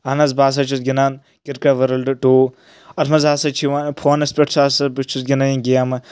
اہن حظ بہٕ ہسا چھُس گِنٛدان کِرکٹ وٲلڈ ٹوٗ اتھ منٛز ہسا چھُ یِوان فونس پؠٹھ چھُ ہسا بہٕ چھُس گنٛدان یِم گیمہٕ